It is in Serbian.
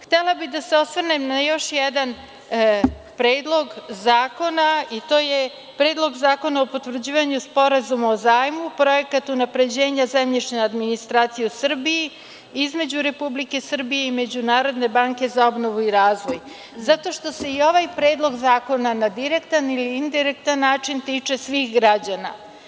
Htela bih da se osvrnem na još jedan Predlog zakona, i to je Predloga zakona o potvrđivanju Sporazuma o zajmu – Projekat unapređenja zemljišne administracije u Srbiji između Republike Srbije i Međunarodne banke za obnovu i razvoj, jer se i ovaj predlog zakona na direktan ili indirektan način tiče svih građana.